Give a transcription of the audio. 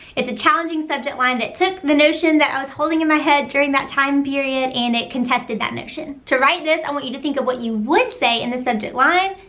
it's a challenging subject line that took the notion that i was holding in my head during that time period and it contested that notion. to write this, i want you to think of what you would say in the subject line,